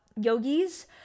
Yogis